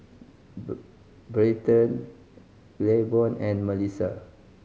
Bryton Claiborne and Melisa